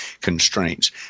constraints